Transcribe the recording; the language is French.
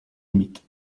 limites